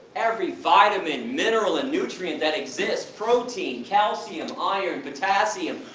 every vitamin, mineral and nutrient that exists. protein, calcium, iron, potassium,